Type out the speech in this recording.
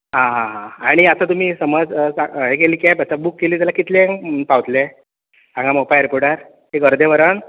आं हां हां आनी आतां तुमी समज सा हे केली कॅब आतां बूक केली जाल्यार कितल्यांक पावतले हांगा मोपा एरपोटार एक अर्दें वरान